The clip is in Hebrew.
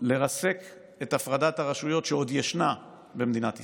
לרסק את הפרדת הרשויות שעוד ישנה במדינת ישראל.